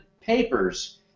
papers